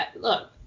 look